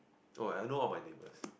oh I don't know all my neighbours